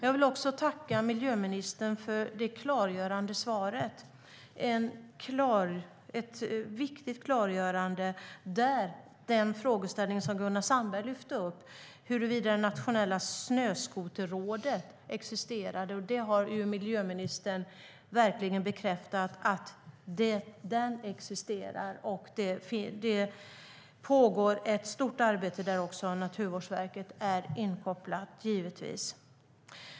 Jag vill också tacka miljöministern för det klargörande svaret - ett viktigt klargörande i den frågeställning som Gunnar Sandberg lyfte upp om huruvida Nationella snöskoterrådet existerar. Miljöministern har verkligen bekräftat att det rådet existerar och att det pågår ett stort arbete där Naturvårdsverket är inkopplat.